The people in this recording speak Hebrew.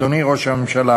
אדוני ראש הממשלה,